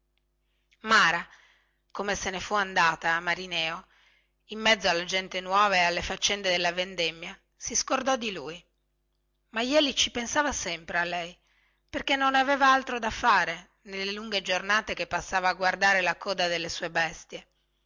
mara come se ne fu andata a marineo in mezzo alla gente nuova e alle faccende della vendemmia si scordò di lui ma jeli ci pensava sempre a lei perchè non aveva altro da fare nelle lunghe giornate che passava a guardare la coda delle sue bestie